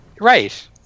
right